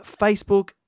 Facebook